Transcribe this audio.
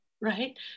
Right